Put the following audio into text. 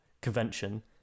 convention